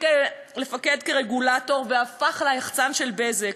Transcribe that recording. לתפקד כרגולטור והפך ליחצן של "בזק",